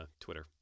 Twitter